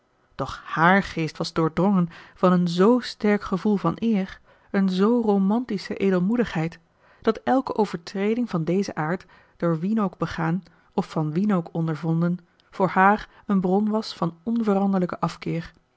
doch haar geest was doordrongen van een z sterk gevoel van eer een zoo romantische edelmoedigheid dat elke overtreding van dezen aard door wien ook begaan of van wien ook ondervonden voor haar een bron was van onveranderlijken afkeer